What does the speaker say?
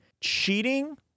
Cheating